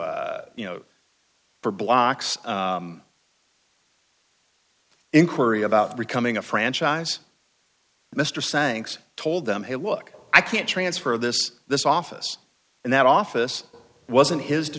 you know for blocks inquiry about becoming a franchise mr sanction told them hey look i can't transfer of this this office and that office wasn't his to